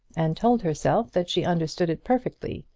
and told herself that she understood it perfectly.